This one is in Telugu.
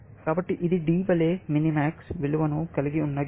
కాబట్టి ఇది D వలె మినిమాక్స్ విలువను కలిగి ఉన్న గేమ్